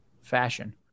fashion